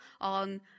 on